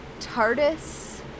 TARDIS